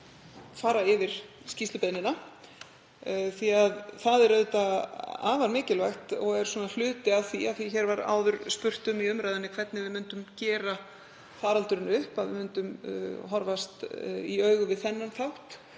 fara yfir skýrslubeiðnina. Það er auðvitað afar mikilvægt og er hluti af því, hér var áður spurt í umræðunni hvernig við myndum gera faraldurinn upp, að við horfumst í augu við þennan þátt